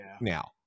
now